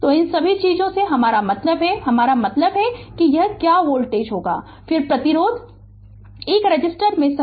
तो इन सभी चीजों से हमारा मतलब है कि हमारा मतलब है यह कि क्या वोल्टेज होगा फिर प्रतिरोधक 1 रेसिसटर में संग्रहीत ऊर्जा और कुल ऊर्जा का प्रतिशत सब इस समस्या में वर्णित किया गया है